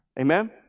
Amen